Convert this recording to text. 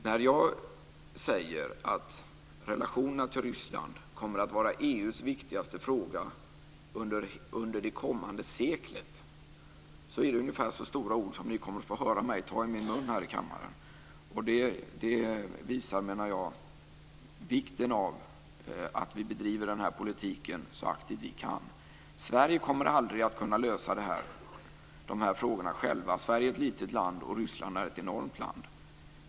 Att jag säger att relationerna till Ryssland kommer att vara EU:s viktigaste fråga under det kommande seklet, är så stora ord som ni kommer att få höra mig ta i min mun i kammaren. Det visar vikten av att vi bedriver politiken så aktivt vi kan. Sverige kommer aldrig att kunna lösa frågorna självt. Sverige är ett litet land, och Ryssland är ett enormt land.